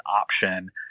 option